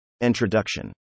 Introduction